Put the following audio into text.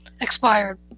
Expired